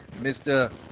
Mr